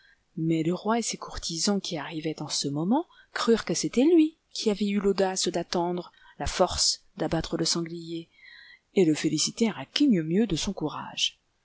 mais le roi et ses courtisans qui arrivaient en ce moment crurent que c'était lui qui avait eu l'audace d'attendre la force d'abattre le sanglier et le félicitèrent à qui mieux mieux de son courage